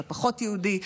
אתה פחות יהודי,